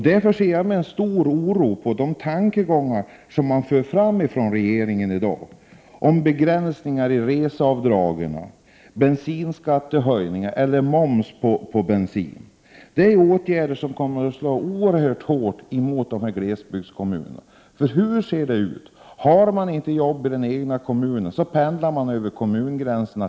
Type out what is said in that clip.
Därför ser jag med stor oro på de tankegångar som i dag förs fram från regeringen om begränsningar i reseavdragen och om moms på bensin. Det är åtgärder som kommer att slå oerhört hårt i dessa glesbygdskommuner. Har människorna i dessa kommuner inte arbete i den egna kommunen, pendlar de över kommungränserna.